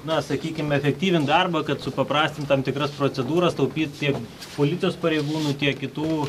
na sakykim efektyvint darbą kad supaprastint tam tikras procedūras taupyt tiek policijos pareigūnų tiek kitų